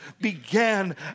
began